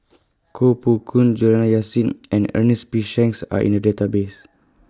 Koh Poh Koon Juliana Yasin and Ernest P Shanks Are in The Database